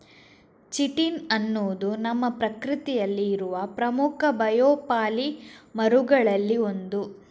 chitin ಅನ್ನುದು ನಮ್ಮ ಪ್ರಕೃತಿಯಲ್ಲಿ ಇರುವ ಪ್ರಮುಖ ಬಯೋಪಾಲಿಮರುಗಳಲ್ಲಿ ಒಂದು